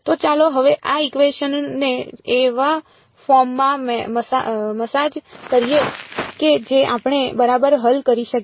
તો ચાલો હવે આ ઇકવેશન ને એવા ફોર્મ માં મસાજ કરીએ કે જે આપણે બરાબર હલ કરી શકીએ